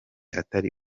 atari